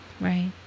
Right